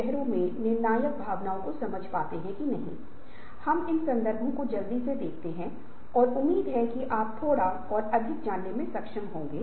चाहे वह व्यक्ति हो या समुदाय या संगठन हो यदि आप नहीं बदलते हैं तो अन्य लोग बदल जाएंगे और वे हमारे आगे प्रगति करेंगे